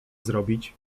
zrobić